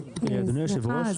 סליחה,